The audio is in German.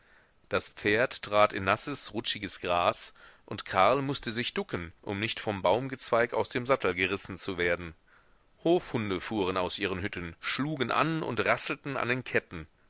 das pferd trat in nasses rutschiges gras und karl mußte sich ducken um nicht vom baumgezweig aus dem sattel gerissen zu werden hofhunde fuhren aus ihren hütten schlugen an und rasselten an den ketten